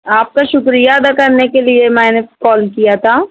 آپ کا شکریہ ادا کرنے کے لیے میں نے کال کیا تھا